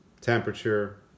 temperature